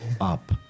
up